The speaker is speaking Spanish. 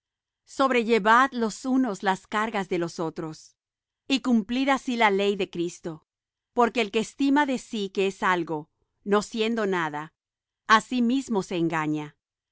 sobrellevad los unos las cargas de los otros y cumplid así la ley de cristo porque el que estima de sí que es algo no siendo nada á sí mismo se engaña